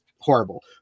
horrible